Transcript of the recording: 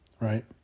right